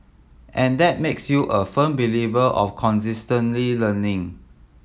and that makes you a firm believer of consistently learning